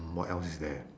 mm what else is there